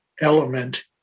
element